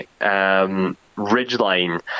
ridgeline